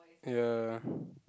ya